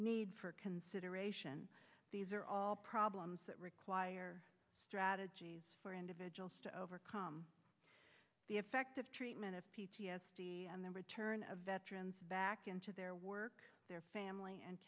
need for consideration these are all problems that require strategies for individuals to overcome the effective treatment of p t s d and the return of veterans back into their work their family and